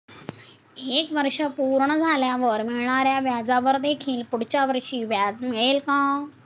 एक वर्ष पूर्ण झाल्यावर मिळणाऱ्या व्याजावर देखील पुढच्या वर्षी व्याज मिळेल का?